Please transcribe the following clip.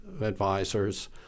advisors